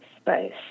space